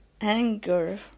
anger